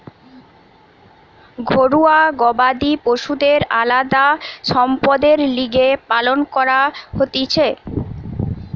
ঘরুয়া গবাদি পশুদের আলদা সম্পদের লিগে পালন করা হতিছে